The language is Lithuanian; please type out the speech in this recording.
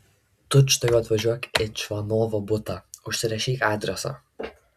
tučtuojau atvažiuok į čvanovo butą užsirašyk adresą